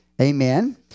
Amen